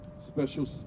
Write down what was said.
Special